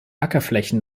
ackerflächen